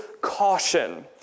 caution